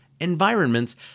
environments